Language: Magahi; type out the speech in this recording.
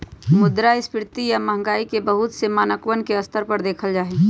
मुद्रास्फीती या महंगाई के बहुत से मानकवन के स्तर पर देखल जाहई